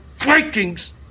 Vikings